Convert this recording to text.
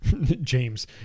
James